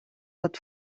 pot